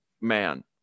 man